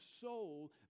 soul